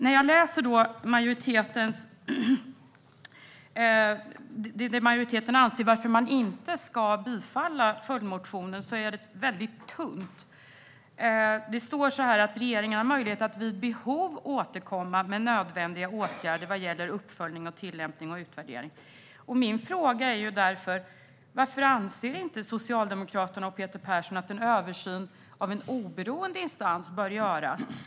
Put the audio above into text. När jag läser om varför majoriteten anser att man inte ska bifalla följdmotionen ser jag att det är väldigt tunt. Det står att regeringen har möjlighet att vid behov återkomma med nödvändiga åtgärder vad gäller uppföljning, tillämpning och utvärdering. Min fråga är därför varför Socialdemokraterna och Peter Persson inte anser att en översyn av en oberoende instans bör göras.